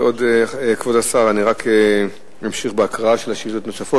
כבוד השר, אני רק אמשיך בהקראת השאילתות הנוספות.